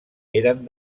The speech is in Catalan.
eren